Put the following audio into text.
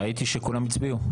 ראיתי שכולם הצביעו.